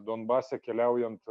donbase keliaujant